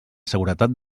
seguretat